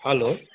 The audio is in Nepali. हेलो